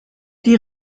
die